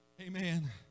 Amen